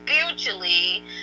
spiritually